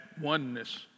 oneness